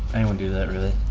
anyone do that, really.